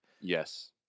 Yes